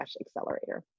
accelerator